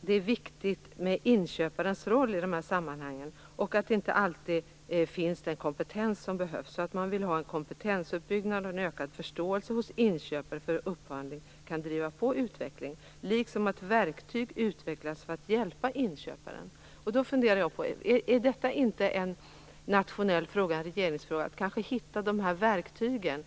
Det är viktigt med inköparens roll i dessa sammanhang och att det inte alltid finns den kompetens som är nödvändig. Man vill ha en kompetensuppbyggnad och en ökad förståelse hos inköpare. Upphandling kan nämligen driva på utvecklingen. Man vill också att verktyg skall utvecklas för att hjälpa inköparen. Är inte detta en regeringsfråga, att hitta dessa verktyg?